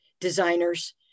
designers